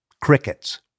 Crickets